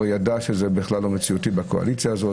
ידע שזה לא מציאותי בקואליציה הזו.